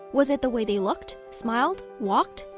was it the way they looked? smiled? walked?